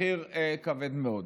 מחיר כבד מאוד.